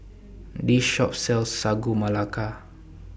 This Shop sells Sagu Melaka